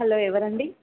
hello ఎవరండి